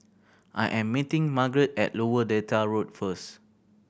I am meeting Margeret at Lower Delta Road first